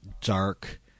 dark